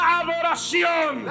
adoración